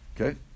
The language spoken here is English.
Okay